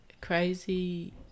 crazy